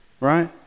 right